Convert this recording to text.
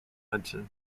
hudson